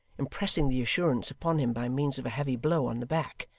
impressing the assurance upon him by means of a heavy blow on the back.